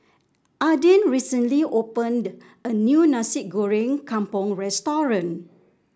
Adin recently opened a new Nasi Goreng Kampung restaurant